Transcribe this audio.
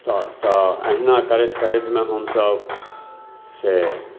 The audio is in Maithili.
तऽ तऽ एहिना करैत करैतमे हमसभ से